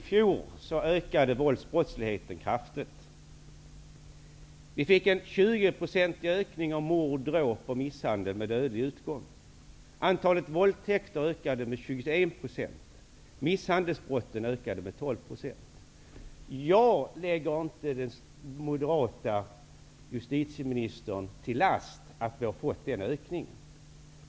Herr talman! Våldsbrottsligheten ökade kraftigt i fjol. Vi fick en 20-procentig ökning av mord, dråp och misshandel med dödlig utgång. Antalet våldtäkter ökade med 21 %. Misshandelsbrotten ökade med 12 %. Jag tänker inte lägga den moderate justitieministern till last för att denna ökning har skett.